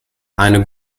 eine